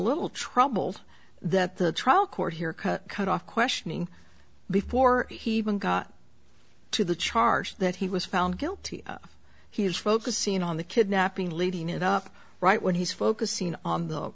little troubled that the trial court here cut cut off questioning before he even got to the charge that he was found guilty he is focusing on the kidnapping leading it up right when he's focusing on the